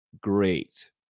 Great